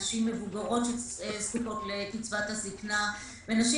נשים מבוגרות שזקוקות לקצבת הזקנה ונשים